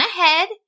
ahead